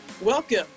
Welcome